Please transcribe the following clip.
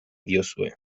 diozue